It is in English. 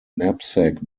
knapsack